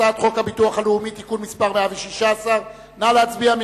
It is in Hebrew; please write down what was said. הצעת חוק הביטוח הלאומי (תיקון מס' 116). נא להצביע.